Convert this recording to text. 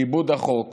כיבוד החוק